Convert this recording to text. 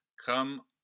Come